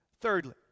Thirdly